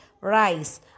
rice